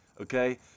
okay